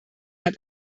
hat